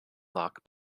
lock